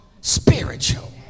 spiritual